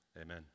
Amen